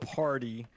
party